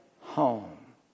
home